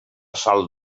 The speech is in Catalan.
salts